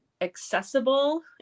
accessible